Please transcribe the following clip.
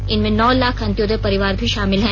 इनमें नौ लाख अंत्योदय परिवार भी शामिल हैं